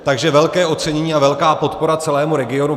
Takže velké ocenění a velká podpora celému regionu.